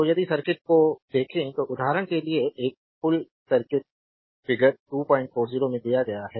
तो यदि सर्किट को देखें तो उदाहरण के लिए एक पुल सर्किट फिगर 240 में दिया गया है